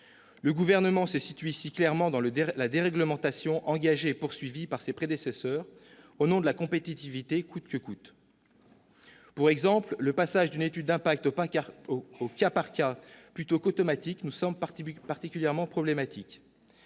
Le Gouvernement se situe ici clairement dans la déréglementation, engagée et poursuivie par ses prédécesseurs au nom de la compétitivité coûte que coûte. Pour exemple, le passage d'une étude d'impact au cas par cas plutôt qu'automatique nous semble particulièrement problématique.